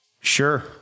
Sure